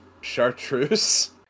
chartreuse